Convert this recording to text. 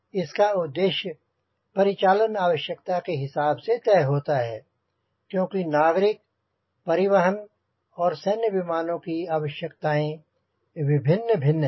इसका उद्देश्य परिचालन आवश्यकता के हिसाब से तय होता है क्योंकि नागरिक परिवहन और सैन्य विमानों की आवश्यकताएंँ विभिन्न भिन्न है